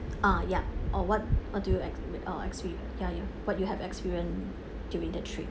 ah yup or what what do you ex~ uh expe~ ya you what you have experienced during the trip